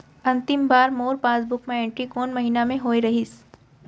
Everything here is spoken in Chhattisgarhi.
अंतिम बार मोर पासबुक मा एंट्री कोन महीना म होय रहिस?